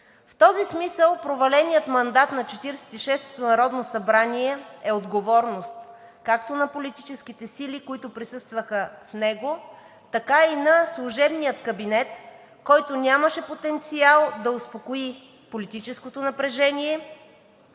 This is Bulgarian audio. В този смисъл проваленият мандат на Четиридесет и шестото народно събрание е отговорност както на политическите сили, които присъстваха в него, така и на служебния кабинет, който нямаше потенциал да успокои политическото напрежение